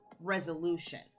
resolution